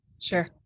Sure